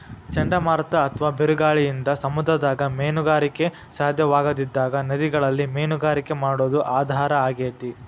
ಚಂಡಮಾರುತ ಅತ್ವಾ ಬಿರುಗಾಳಿಯಿಂದ ಸಮುದ್ರದಾಗ ಮೇನುಗಾರಿಕೆ ಸಾಧ್ಯವಾಗದಿದ್ದಾಗ ನದಿಗಳಲ್ಲಿ ಮೇನುಗಾರಿಕೆ ಮಾಡೋದು ಆಧಾರ ಆಗೇತಿ